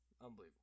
Unbelievable